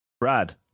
Brad